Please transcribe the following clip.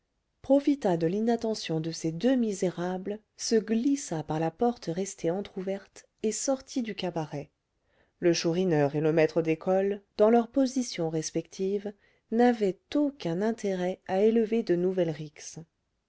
profita de l'inattention de ces deux misérables se glissa par la porte restée entr'ouverte et sortit du cabaret le chourineur et le maître d'école dans leur position respective n'avaient aucun intérêt à élever de nouvelles rixes